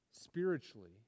Spiritually